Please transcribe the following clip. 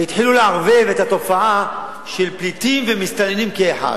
והתחילו לערבב את התופעה של פליטים ומסתננים כאחד.